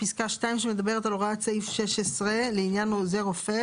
(2) הוראת סעיף 16 לפקודת הרופאים לעניין עוזר רופא,